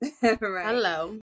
Hello